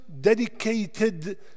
dedicated